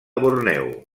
borneo